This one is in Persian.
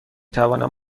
توانم